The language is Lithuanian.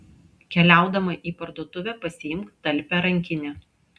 keliaudama į parduotuvę pasiimk talpią rankinę